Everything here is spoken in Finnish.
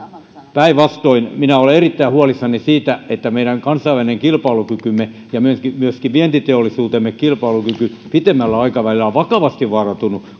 päinvastoin minä olen erittäin huolissani siitä että meidän kansainvälinen kilpailukykymme ja myöskin vientiteollisuutemme kilpailukyky pitemmällä aikavälillä on vakavasti vaarantunut